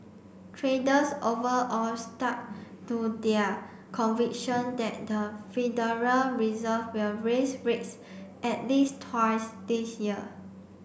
traders overall stuck to their conviction that the Federal Reserve will raise rates at least twice this year